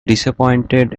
disappointed